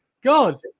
God